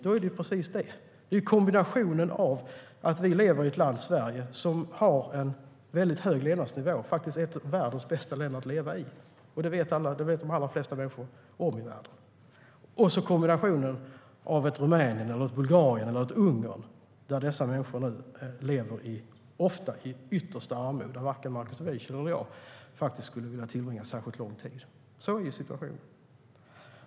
Svaret är just detta. Det är en kombination av att Sverige har en hög levnadsnivå och är ett av världens bästa länder att leva i, vilket de flesta människor i världen vet, och att dessa människor lever i yttersta armod i Rumänien, Bulgarien och Ungern. Varken Markus Wiechel eller jag skulle vilja tillbringa särskilt lång tid där. Sådan är situationen.